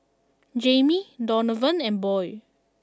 Jamie Donavan and Boyd